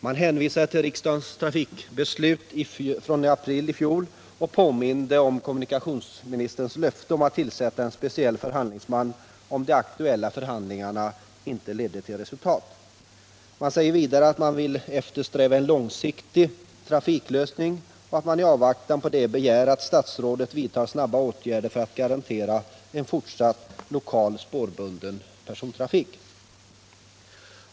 Man hänvisade till riksdagens trafikbeslut från april i fjol och påminde om kommunikationsministerns löfte att tillsätta en speciell förhandlingsman, om de aktuella förhandlingarna inte ledde till resultat. Man säger vidare att man vill eftersträva en långsiktig trafiklösning och att man i avvaktan på det begär att statsrådet vidtar snabba åtgärder för att garantera en fortsatt lokal spårbunden persontrafik.